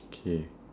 K